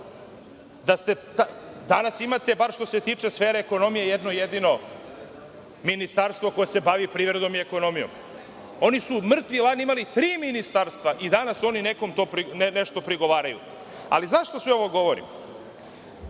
imate bar što se tiče sfere ekonomije jedno jedino ministarstvo, koje se bavi privredom i ekonomijom. Oni su imali tri ministarstva, a danas nekom nešto prigovaraju. Ali, zašto sve ovo govorim? Prvo,